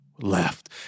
left